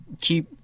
keep